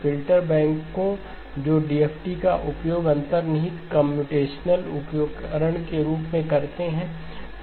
filter बैंकों जो DFT का उपयोग अंतर्निहित कम्प्यूटेशनल उपकरण के रूप में करते हैं